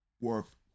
worth